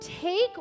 take